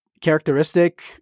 characteristic